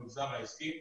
במגזר העסקי,